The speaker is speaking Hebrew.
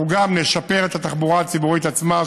אנחנו גם נשפר את התחבורה הציבורית עצמה,